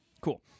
Cool